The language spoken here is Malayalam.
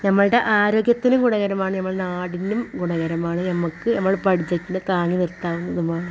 ഞമ്മളുടെ ആരോഗ്യത്തിന് ഗുണകരമാണ് ഞമ്മളുടെ നാടിനും ഗുണകരമാണ് ഞമ്മക്ക് ഞമ്മള ബഡ്ജറ്റിനെ താങ്ങി നിർത്താവുന്നതാണ്